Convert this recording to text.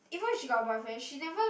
even if she got a boyfriend she never